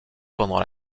pendant